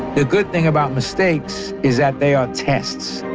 the good thing about mistakes is that they are tests.